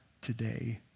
today